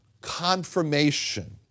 confirmation